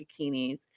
bikinis